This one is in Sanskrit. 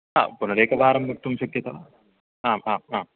हा पुनरेकवारं वक्तुं शक्यत वा आम् आम् आम्